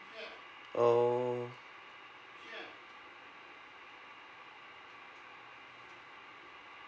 oh